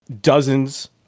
dozens